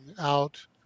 out